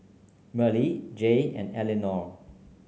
Merle Jaye and Elinore